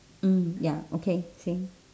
mm ya okay same